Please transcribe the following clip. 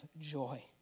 joy